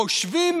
חושבים,